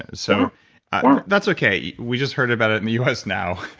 so that's okay. we just heard about it in the us now